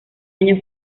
año